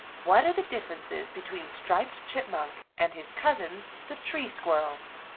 what are the differences between striped chipmunk and his cousins, the tree squirrels?